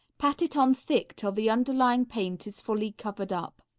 pat it on thick till the underlying paint is fully covered up.